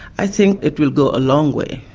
i think it will go a long way,